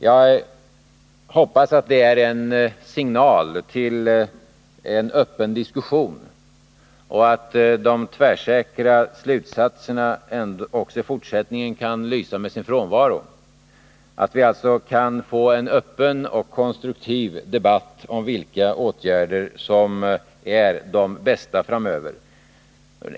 Jag hoppas att det är en signal till en öppen diskussion och att de tvärsäkra slutsatserna också i fortsättningen kan lysa med sin frånvaro, att vi alltså kan få en öppen och konstruktiv debatt om vilka åtgärder som är de bästa framöver.